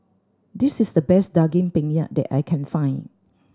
this is the best Daging Penyet that I can find